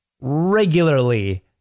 regularly